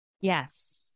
Yes